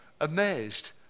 amazed